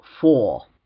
Four